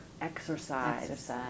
exercise